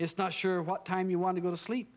it's not sure what time you want to go to sleep